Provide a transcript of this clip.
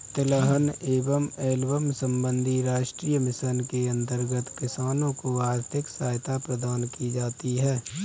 तिलहन एवं एल्बम संबंधी राष्ट्रीय मिशन के अंतर्गत किसानों को आर्थिक सहायता प्रदान की जाती है